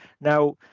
Now